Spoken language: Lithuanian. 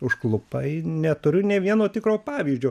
užklupai neturiu nė vieno tikro pavyzdžio